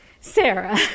Sarah